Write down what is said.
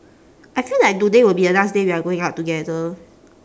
I feel like today will be the last day we are going out together